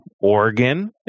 Oregon